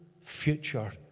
future